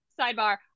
sidebar